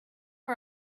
for